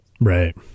Right